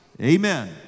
Amen